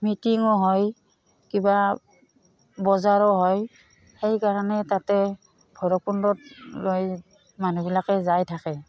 মিটিঙো হয় কিবা বজাৰো হয় সেইকাৰণে তাতে ভৈৰৱকুণ্ডতলৈ মানুহবিলাকে যাই থাকে